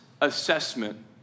assessment